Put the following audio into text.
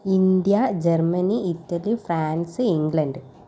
India Germany Italy France England